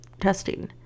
testing